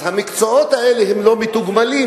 אז המקצועות האלה לא מתוגמלים.